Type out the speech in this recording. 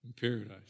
paradise